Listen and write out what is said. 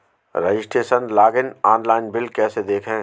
Registration login online bill कैसे देखें?